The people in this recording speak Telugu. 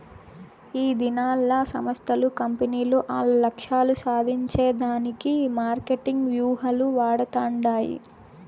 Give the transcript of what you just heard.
ఈదినాల్ల సంస్థలు, కంపెనీలు ఆల్ల లక్ష్యాలు సాధించే దానికి మార్కెటింగ్ వ్యూహాలు వాడతండాయి